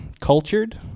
cultured